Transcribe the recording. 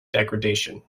degradation